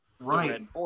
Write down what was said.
Right